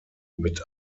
mit